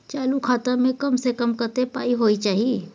चालू खाता में कम से कम कत्ते पाई होय चाही?